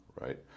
right